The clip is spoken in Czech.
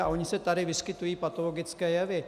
a ony se tady vyskytují patologické jevy.